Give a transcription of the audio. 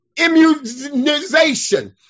immunization